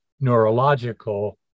neurological